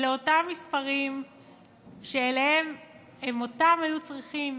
אלה אותם מספרים שאותם היו צריכות